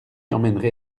emmènerai